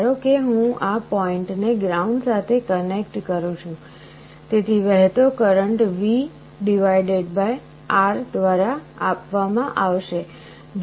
ધારો કે હું આ પોઇન્ટ ને ગ્રાઉન્ડ સાથે કનેક્ટ કરું છું તેથી વહેતો કરંટ VR દ્વારા આપવામાં આવશે